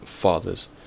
fathers